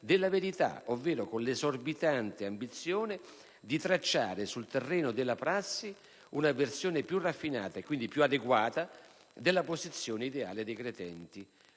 della verità, ovvero con l'esorbitante ambizione di tracciare sul terreno della prassi una versione più raffinata, e quindi più adeguata, della posizione ideale dei credenti.